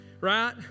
right